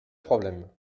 problème